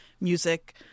music